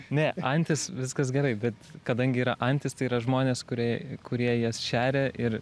ne antys viskas gerai bet kadangi yra antys tai yra žmonės kurie kurie jas šeria ir